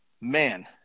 Man